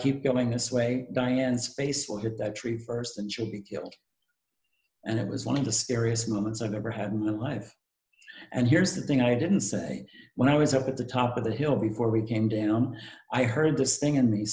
keep going this way die and space will hit that tree first and should be killed and it was one of the scariest moments i've ever had in the life and here's the thing i didn't say when i was up at the top of the hill before we came down i heard this thing